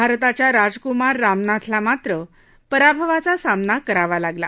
भारताच्या राजकुमार रामनाथला मात्र पराभवाचा सामना करावा लागला